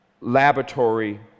laboratory